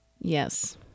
Yes